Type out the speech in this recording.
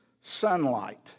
sunlight